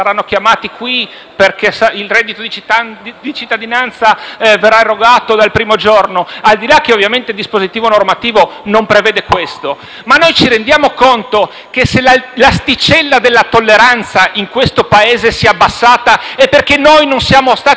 perché il reddito di cittadinanza verrà erogato dal primo giorno. Al di là del fatto che il dispositivo normativo non prevede questo, ci rendiamo conto che, se l'asticella della tolleranza in questo Paese si è abbassata, è perché non siamo stati in grado di raccogliere